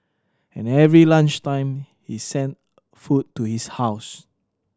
and every lunch time he sent food to his house